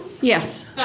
Yes